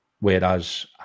whereas